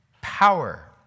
power